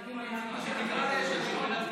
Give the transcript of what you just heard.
או שנקרא ליש עתיד ונצביע,